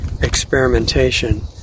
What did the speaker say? experimentation